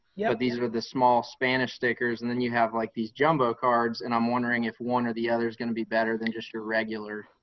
yeah these were the small spanish stickers. and then you have like these jumbo cards and i'm wondering if one or the other is gonna be better than just your regular?